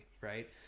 right